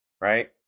Right